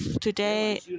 today